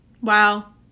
Wow